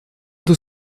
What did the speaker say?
dans